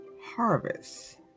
harvest